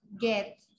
get